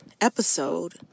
episode